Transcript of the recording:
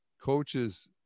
coaches